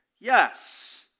yes